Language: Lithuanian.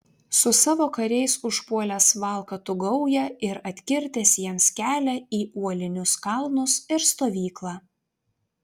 su savo kariais užpuolęs valkatų gaują ir atkirtęs jiems kelią į uolinius kalnus ir stovyklą